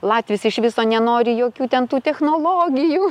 latvis iš viso nenori jokių ten tų technologijų